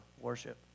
worship